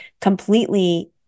completely